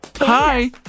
Hi